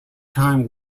time